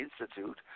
Institute